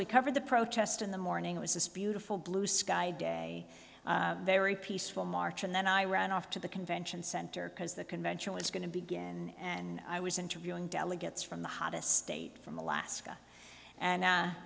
we covered the protest in the morning it was this beautiful blue sky day very peaceful march and then i ran off to the convention center because the convention was going to begin and i was interviewing delegates from the hottest state from alaska and a